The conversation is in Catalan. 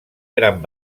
gran